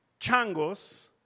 changos